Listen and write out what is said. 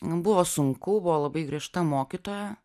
buvo sunku buvo labai griežta mokytoja